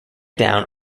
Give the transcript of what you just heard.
down